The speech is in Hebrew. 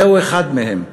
זהו אחד מהם.